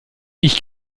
ich